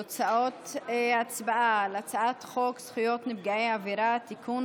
תוצאות ההצבעה על הצעת חוק זכויות נפגעי עבירה (תיקון,